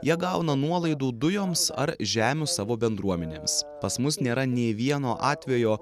jie gauna nuolaidų dujoms ar žemių savo bendruomenėms pas mus nėra nė vieno atvejo